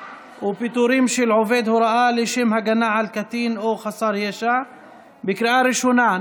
ופיטורים של עובד הוראה לשם הגנה על קטין או חסר ישע בקריאה ראשונה.